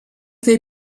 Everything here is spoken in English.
they